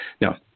Now